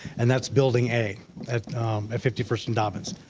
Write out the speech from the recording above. and that's building a, at ah fifty first and dobbins.